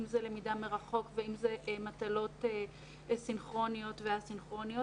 אם זה למידה מרחוק ואם זה מטלות סינכרוניות ואסינכרוניות.